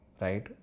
right